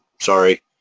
Sorry